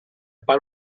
pas